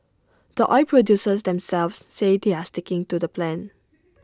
the oil producers themselves say they're sticking to the plan